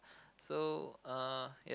so uh ya